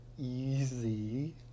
easy